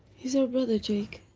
he's your brother, jake.